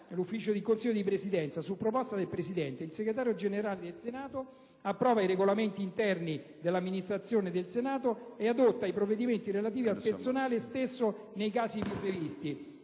12, il Consiglio di Presidenza «nomina, su proposta del Presidente, il Segretario Generale del Senato; approva i Regolamenti interni dell'Amministrazione del Senato e adotta i provvedimenti relativi al personale stesso nei casi ivi